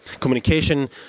Communication